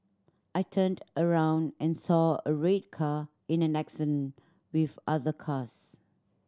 I turned around and saw a red car in an accident with other cars